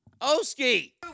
Oski